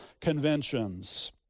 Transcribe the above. conventions